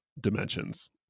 dimensions